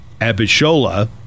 Abishola